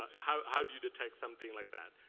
ah how how do you detect something like that,